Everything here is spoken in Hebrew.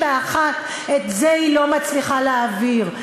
את זה היא לא מצליחה להעביר,